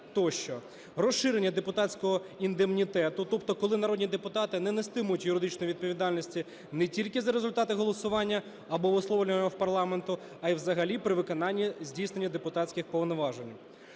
Розширення депутатського індемнітету, тобто коли народні депутати не нестимуть юридичної відповідальності не тільки за результати голосування або висловлювання в парламенті, а і взагалі при виконанні здійснення депутатських повноважень.